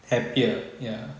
happier ya